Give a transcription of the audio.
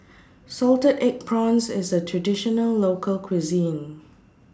Salted Egg Prawns IS A Traditional Local Cuisine